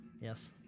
yes